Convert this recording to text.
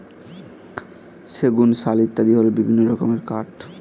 সেগুন, শাল ইত্যাদি হল বিভিন্ন রকমের কাঠ